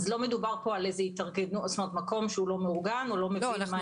אז לא מדובר כאן על מקום לא מאורגן או שלא מבין מה זכויות העובדים.